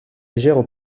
légères